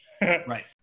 Right